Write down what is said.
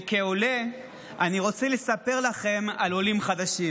כעולה אני רוצה לספר לכם על עולים חדשים,